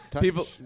People